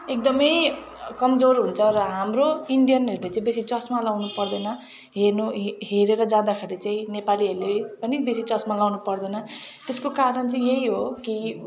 एकदमै कमजोर हुन्छ र हाम्रो इन्डियनहरूले चाहिँ बेसी चसमा लगाउनु पर्दैन हेर्नु है हेरेर जाँदाखेरि चाहिँ नेपालीहरूले पनि बेसी चसमा लगाउनु पर्दैन त्यसको कारण चाहिँ यही हो कि